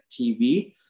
TV